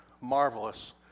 marvelous